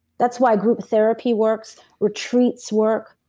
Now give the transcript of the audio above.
that's why group therapy works, retreats work,